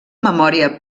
memòria